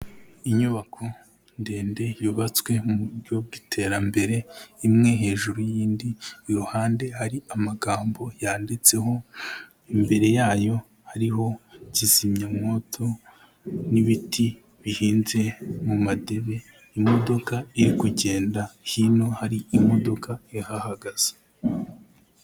Inyubako ndende yubatswe mu buryo bw'iterambere imwe hejuru y'indi iruhande hari amagambo yanditseho imbere yayo hariho kizimyamwoto n'ibiti bihinze mu madebe imodoka iri kugenda hino hari imodoka yahahagaze.